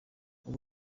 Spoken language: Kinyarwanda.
ubu